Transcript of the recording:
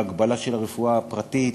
ההגבלה של הרפואה הפרטית